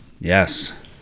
Yes